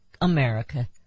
America